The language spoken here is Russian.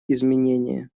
изменения